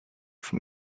from